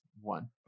one